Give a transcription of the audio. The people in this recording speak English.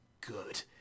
good